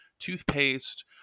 Toothpaste